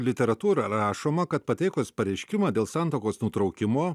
literatūra rašoma kad pateikus pareiškimą dėl santuokos nutraukimo